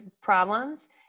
problems